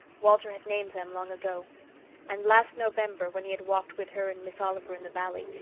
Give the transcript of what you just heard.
walter had named them long ago and last november, when he had walked with her and miss oliver in the valley,